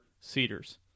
cedars